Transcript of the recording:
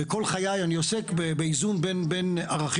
וכל חיי אני עוסק באיזון בין ערכים,